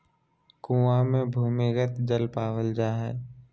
कुआँ मे भूमिगत जल पावल जा हय